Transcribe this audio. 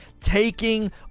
taking